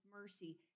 mercy